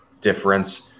difference